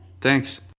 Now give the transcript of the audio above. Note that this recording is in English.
Thanks